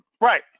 Right